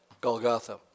Golgotha